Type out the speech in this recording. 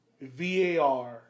VAR